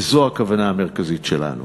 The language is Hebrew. וזו הכוונה המרכזית שלנו.